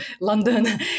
London